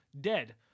dead